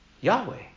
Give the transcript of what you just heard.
Yahweh